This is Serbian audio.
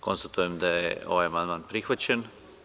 Konstatujem da je ovaj amandman prihvaćen.